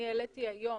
אני העליתי היום,